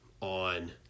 on